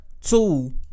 Two